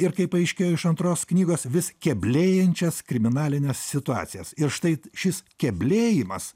ir kaip paaiškėjo iš antros knygos vis kelblėjančias kriminalines situacijas ir štai šis keblėjimas